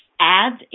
ads